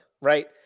right